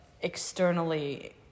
externally